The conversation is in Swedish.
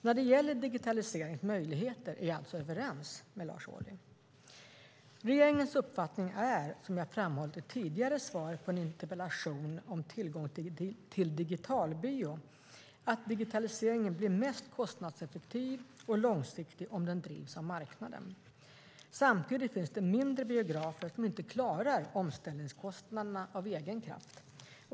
När det gäller digitaliseringens möjligheter är jag alltså överens med Lars Ohly. Regeringens uppfattning är, som jag framhållit i tidigare svar på en interpellation om tillgång till digitalbio, att digitaliseringen blir mest kostnadseffektiv och långsiktig om den drivs av marknaden. Samtidigt finns det mindre biografer som inte klarar omställningskostnaderna av egen kraft.